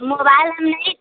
mobile हम नहीं